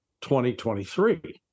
2023